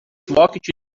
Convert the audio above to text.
vokiečių